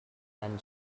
and